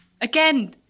Again